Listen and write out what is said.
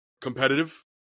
competitive